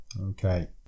Okay